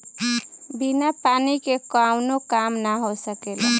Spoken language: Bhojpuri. बिना पानी के कावनो काम ना हो सकेला